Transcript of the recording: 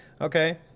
okay